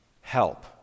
help